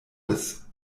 des